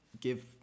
give